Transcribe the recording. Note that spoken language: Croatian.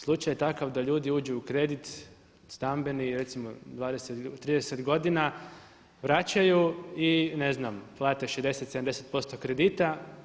Slučaj je takav da ljudi uđu u kredit stambeni i recimo 30 godina vraćaju i ne znam plate 60, 70% kredita.